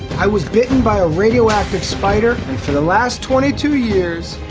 i was bitten by a radioactive spider for the last twenty two years.